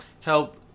help